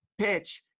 PITCH